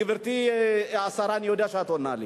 גברתי השרה, אני יודע שאת עונה לי.